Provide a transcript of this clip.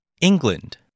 England